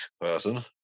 person